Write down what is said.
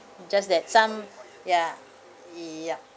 just that some ya yup